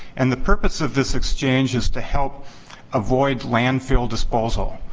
and the purpose of this exchange is to help avoid landfill disposal.